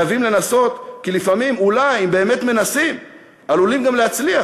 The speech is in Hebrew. חייבים לנסות כי לפעמים אולי אם באמת מנסים עלולים גם להצליח.